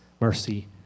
mercy